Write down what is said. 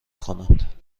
کنند